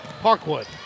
Parkwood